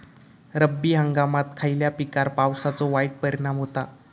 रब्बी हंगामात खयल्या पिकार पावसाचो वाईट परिणाम होता?